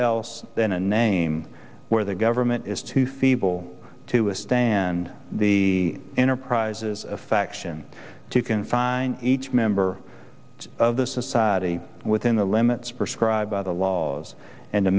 else than a name where the government is too feeble to a stand the enterprises faction two can find each member of the society within the limits prescribe by the laws and to